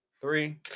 Three